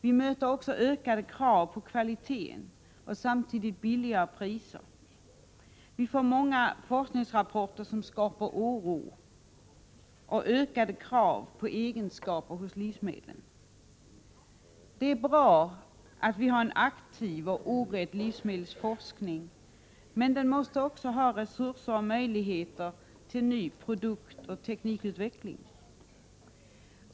Vi möter ökade krav på kvalitet och samtidigt billigare priser. Vi får många forskningsrapporter som skapar oro och ökade krav på egenskaper hos livsmedlen. Det är bra att vi har en aktiv och orädd livsmedelsforskning, men den måste också ha resurser och möjligheter till ny produktoch teknikutveckling.